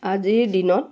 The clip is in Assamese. আজিৰ দিনত